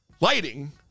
lighting